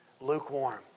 lukewarm